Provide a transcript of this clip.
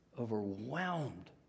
overwhelmed